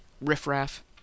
riff-raff